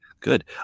good